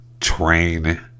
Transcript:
train